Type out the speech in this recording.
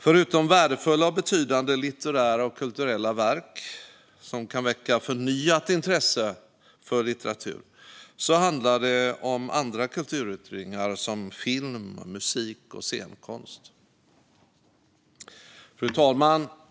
Förutom värdefulla och betydande litterära och kulturella verk som kan väcka förnyat intresse för litteratur handlar det om andra kulturyttringar, som film, musik och scenkonst. Fru talman!